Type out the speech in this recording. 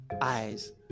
eyes